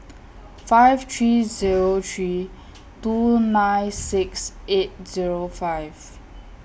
five three Zero three two nine six eight Zero five